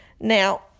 Now